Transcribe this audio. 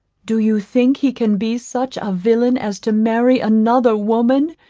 do you think he can be such a villain as to marry another woman,